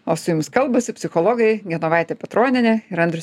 o su jumis kalbasi psichologai genovaitė petronienė ir andrius